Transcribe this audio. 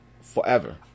Forever